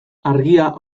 argia